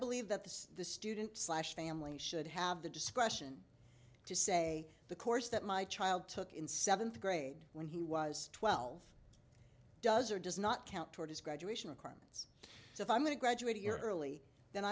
believe that the the student slash family should have the discretion to say the course that my child took in seventh grade when he was twelve does or does not count toward his graduation requirements if i'm going to graduate early then